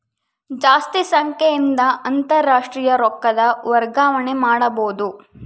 ಜಾಸ್ತಿ ಸಂಖ್ಯೆಯಿಂದ ಅಂತಾರಾಷ್ಟ್ರೀಯ ರೊಕ್ಕದ ವರ್ಗಾವಣೆ ಮಾಡಬೊದು